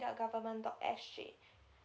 dot government dot S G